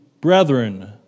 brethren